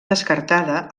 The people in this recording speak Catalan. descartada